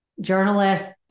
journalists